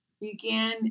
Began